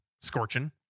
scorching